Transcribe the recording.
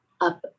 up